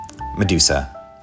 Medusa